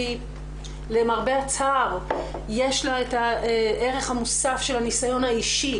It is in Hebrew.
כשלמרבה הצער יש לה את הערך המוסף של הניסיון האישי